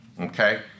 Okay